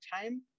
time